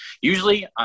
usually